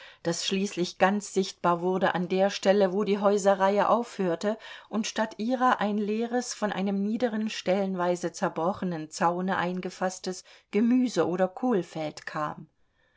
das schließlich ganz sichtbar wurde an der stelle wo die häuserreihe aufhörte und statt ihrer ein leeres von einem niederen stellenweise zerbrochenen zaune eingefaßtes gemüse oder kohlfeld kam